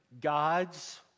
God's